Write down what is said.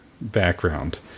background